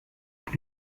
por